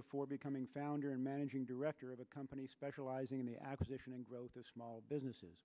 before becoming founder and managing director of a company specializing in the acquisition and growth this small business is